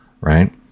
Right